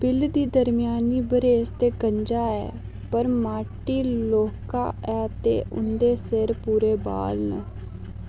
bill दी दरम्यानी बरेस ते गंजा ऐ पर मार्टी लौह्का ऐ ते उं'दे सिरै पर पूरे बाल न